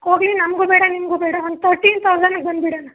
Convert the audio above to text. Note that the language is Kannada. ಹೋಗಲಿ ನಮಗೂ ಬೇಡ ನಿಮಗೂ ಬೇಡ ಒಂದು ತರ್ಟೀನ್ ತೌಸಂಡ್ಗೆ ಬಂದ್ಬಿಡಣ